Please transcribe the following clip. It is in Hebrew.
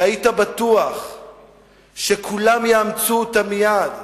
שהיית בטוח שכולם יאמצו אותן מייד,